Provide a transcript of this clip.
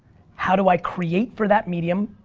how do i create for that medium,